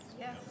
Yes